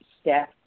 staff